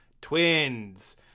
twins